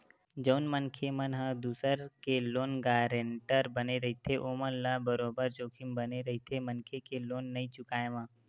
जउन मनखे मन ह दूसर के लोन गारेंटर बने रहिथे ओमन ल बरोबर जोखिम बने रहिथे मनखे के लोन नइ चुकाय म